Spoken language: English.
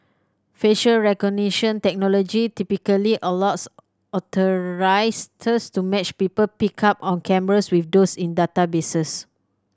facial recognition technology typically allows to match people picked up on cameras with those in databases